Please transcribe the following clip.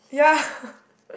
yeah